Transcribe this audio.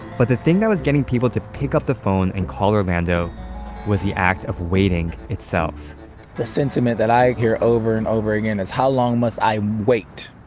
but the thing that was getting people to pick up the phone and call orlando was the act of waiting itself the sentiment that i hear over and over again is, how long must i wait?